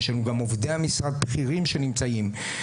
יש לנו גם עובדי משרד בכירים שנמצאים,